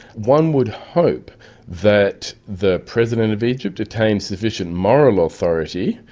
one would hope that the president of egypt attains sufficient moral authority,